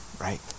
right